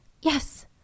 Yes